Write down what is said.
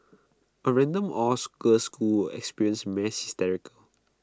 A random all girls school experience mass hysteria